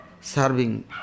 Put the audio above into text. serving